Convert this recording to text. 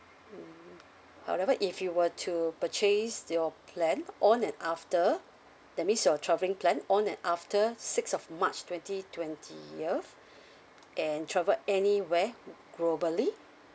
hmm however if you were to purchase your plan on and after that means your travelling plan on and after six of march twenty twentieth and travel anywhere globally